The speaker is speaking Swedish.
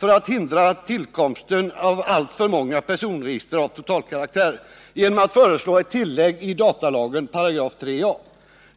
För att hindra tillkomsten av alltför många personregister av totalkaraktär förelade trepartiregeringen hösten 1976 riksdagen ett förslag till tillägg i datalagens §3a.